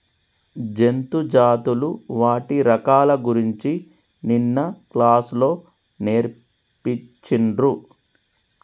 జంతు జాతులు వాటి రకాల గురించి నిన్న క్లాస్ లో నేర్పిచిన్రు